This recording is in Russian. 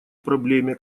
проблеме